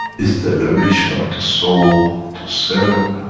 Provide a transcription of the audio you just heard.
it's the elevation of the soul to serve,